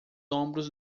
ombros